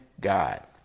God